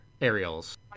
aerials